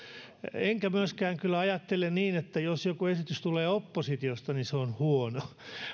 enkä myöskään kyllä ajattele niin että jos joku esitys tulee oppositiosta niin se on huono